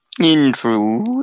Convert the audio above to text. Intrude